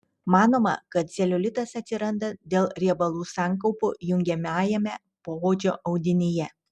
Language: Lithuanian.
manoma kad celiulitas atsiranda dėl riebalų sankaupų jungiamajame poodžio audinyje